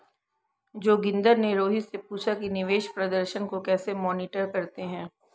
जोगिंदर ने रोहित से पूछा कि निवेश प्रदर्शन को कैसे मॉनिटर करते हैं?